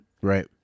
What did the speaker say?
right